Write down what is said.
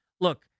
Look